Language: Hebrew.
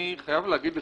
אני חייב להגיד לך,